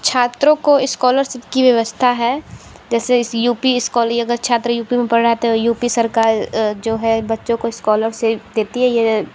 छात्रों को इस्कोलरसिप की व्यवस्था है जैसे यू पी इस्काली अगर छात्र यू पी में पढ़ रहा है तो यू पी सरकार जो है बच्चों को इस्कालरसिप देती है ये